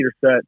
set